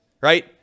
right